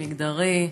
מגדרי,